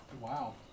Wow